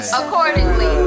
accordingly